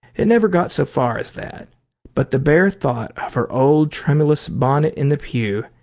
it never got so far as that but the bare thought of her old tremulous bonnet in the pew,